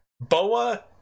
Boa